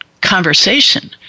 conversation